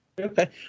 Okay